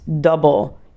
double